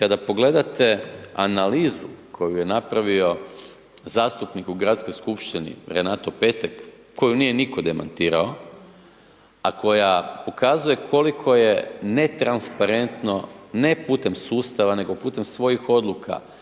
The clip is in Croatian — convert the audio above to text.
Kada pogledate analizu koju je napravio zastupnik u Gradskoj skupštini, Renato Petek, koju nije nitko demantirao, a koja pokazuje koliko je netransparentno, ne putem sustava, nego putem svojih odluka,